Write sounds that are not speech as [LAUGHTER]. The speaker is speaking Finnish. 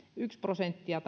prosenttia [UNINTELLIGIBLE]